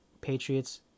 Patriots